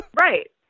right